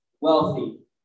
wealthy